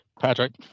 Patrick